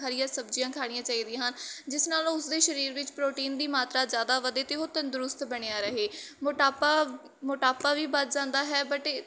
ਹਰੀਆ ਸਬਜ਼ੀਆਂ ਖਾਣੀਆਂ ਚਾਹੀਦੀਆਂ ਹਨ ਜਿਸ ਨਾਲ ਉਸ ਦੇ ਸਰੀਰ ਵਿੱਚ ਪ੍ਰੋਟੀਨ ਦੀ ਮਾਤਰਾ ਜ਼ਿਆਦਾ ਵਧੇ ਅਤੇ ਉਹ ਤੰਦਰੁਸਤ ਬਣਿਆ ਰਹੇ ਮੋਟਾਪਾ ਮੋਟਾਪਾ ਵੀ ਵੱਧ ਜਾਂਦਾ ਹੈ ਬਟ